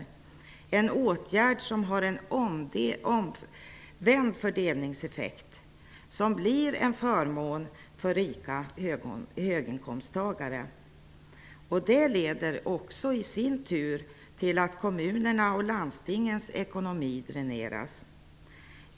Det är en åtgärd som har en omvänd fördelningseffekt som innebär en förmån för rika höginkomsttagare. Det leder i sin tur till att kommunernas och landstingens ekonomi dräneras.